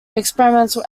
experimental